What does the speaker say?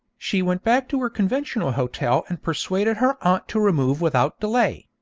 she went back to her conventional hotel and persuaded her aunt to remove without delay.